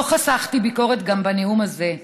לא חסכתי ביקורת גם בנאום הזה.